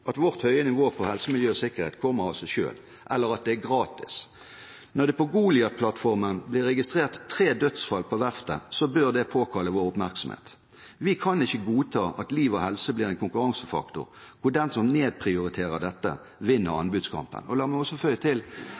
at vårt høye nivå på helse, miljø og sikkerhet kommer av seg selv, eller at det er gratis. Når det på Goliat-plattformen blir registrert tre dødsfall på verftet, bør det påkalle vår oppmerksomhet. Vi kan ikke godta at liv og helse blir en konkurransefaktor, hvor den som nedprioriterer dette, vinner anbudskampen. La meg også føye til: